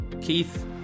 Keith